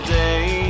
day